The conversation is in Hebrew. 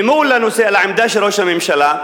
מול העמדה של ראש הממשלה,